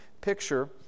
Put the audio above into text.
picture